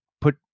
put